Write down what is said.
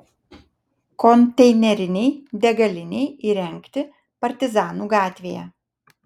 konteinerinei degalinei įrengti partizanų gatvėje